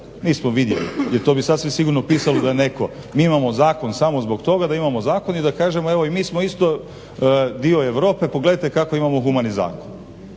Nismo vidjeli, jer to bi sasvim sigurno pisalo da je netko. Mi imamo zakon samo zbog toga da imamo zakon i da kažemo evo i mi smo isto dio Europe. Pogledajte kako imamo humani zakon.